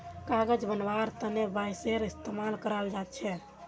कागज बनव्वार तने बांसेर इस्तमाल कराल जा छेक